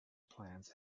plans